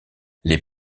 les